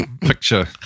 picture